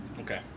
Okay